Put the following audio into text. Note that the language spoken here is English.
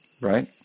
Right